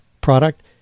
product